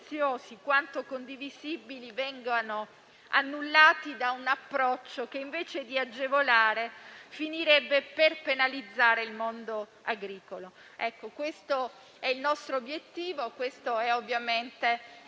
quanto condivisibili vengano annullati da un approccio che, invece di agevolare, finirebbe per penalizzare il mondo agricolo. Questo è il nostro obiettivo ed esprimo